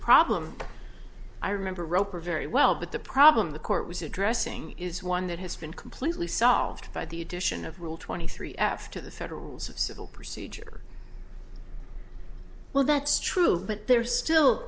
problem i remember roper very well but the problem the court was addressing is one that has been completely solved by the addition of rule twenty three after the federal rules of civil procedure well that's true but there still